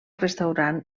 restaurant